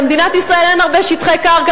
למדינת ישראל אין הרבה שטחי קרקע,